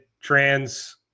trans